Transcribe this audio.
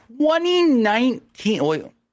2019